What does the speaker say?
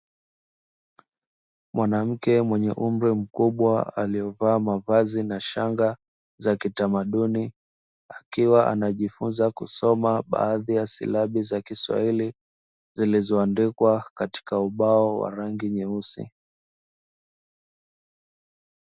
Mwanamke mwenye umri mkubwa aliyevaa mavazi na shanga za kitamaduni, akiwa anajifunza kusoma baadhi ya silabi za kiswahili zilizoandikwa katika ubao wa rangi nyeusi.